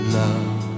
love